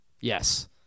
yes